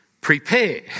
Prepare